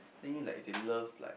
think if they love like